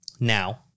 Now